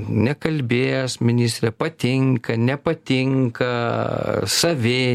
nekalbės ministrė patinka nepatinka savi